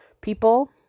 people